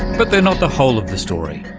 but they're not the whole of the story.